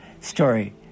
story